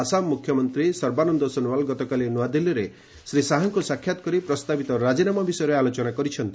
ଆସାମ ମୁଖ୍ୟମନ୍ତ୍ରୀ ସର୍ବାନନ୍ଦ ସୋନଓ୍ୱାଲ୍ ଗତକାଲି ନୁଆଦିଲ୍ଲୀରେ ଶ୍ରୀ ଶାହାଙ୍କୁ ସାକ୍ଷାତ କରି ପ୍ରସ୍ତାବିତ ରାଜିନାମା ବିଷୟରେ ଆଲୋଚନା କରିଛନ୍ତି